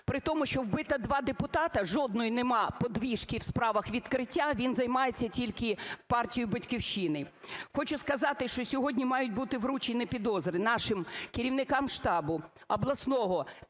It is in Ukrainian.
притому що вбито два депутата - жодної немає подвижки в справах відкриття, він займається тільки партією "Батьківщина". Хочу сказати, що сьогодні мають бути вручені підозри нашим керівникам штабу обласного,